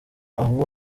abo